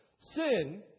Sin